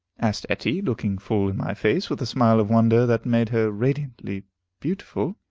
asked etty, looking full in my face, with a smile of wonder that made her radiantly beautiful.